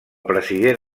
president